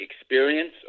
experience